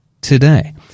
today